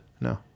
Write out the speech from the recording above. No